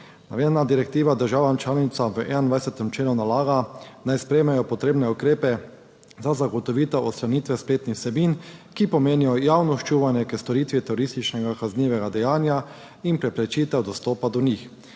Navedena direktiva državam članicam v 21. členu nalaga naj sprejmejo potrebne ukrepe za zagotovitev odstranitve spletnih vsebin, ki pomenijo javno ščuvanje k storitvi terorističnega kaznivega dejanja in preprečitev dostopa do njih.